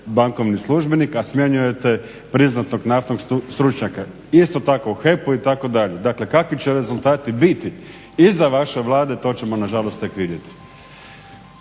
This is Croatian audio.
bankovni službenik, a smjenjujete priznatog naftnog stručnjaka. Isto tako u HEP-u itd. Dakle, kakvi će rezultati biti iza vaše Vlade to ćemo na žalost tek vidjeti.